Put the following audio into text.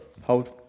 hold